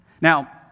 Now